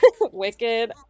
wicked